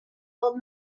old